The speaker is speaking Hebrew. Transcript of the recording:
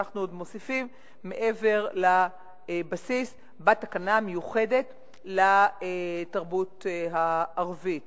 אנחנו עוד מוסיפים מעבר לבסיס בתקנה המיוחדת לתרבות הערבית.